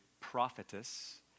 prophetess